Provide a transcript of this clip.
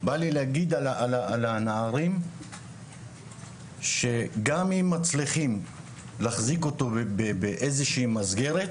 בא לי להגיד על הנערים שגם אם מצליחים להחזיק אותו באיזו שהיא מסגרת,